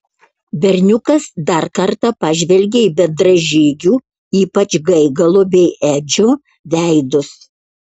berniukas dar kartą pažvelgė į bendražygių ypač gaigalo bei edžio veidus